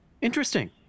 Interesting